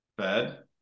Fed